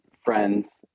friends